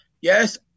yes